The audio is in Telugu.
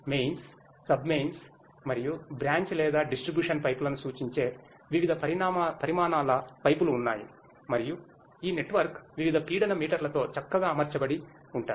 మెయిన్స్ సబ్ మెయిన్స్ మరియు బ్రాంచ్ లేదా డిస్ట్రిబ్యూషన్ పైపులను సూచించే వివిధ పరిమాణాల పైపులు ఉన్నాయి మరియు ఈ నెట్వర్క్ వివిధ పీడన మీటర్లతో చక్కగా అమర్చబడి ఉంటాఇ